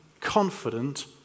confident